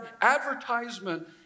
advertisement